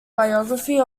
biography